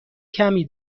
کمی